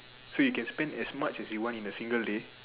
so you can spend as much as you want in a single day